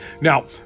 Now